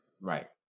Right